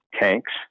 tanks